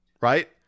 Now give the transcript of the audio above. right